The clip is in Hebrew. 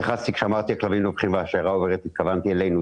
כשאמרתי שהכלבים נובחים והשיירה עוברת התכוונתי אלינו,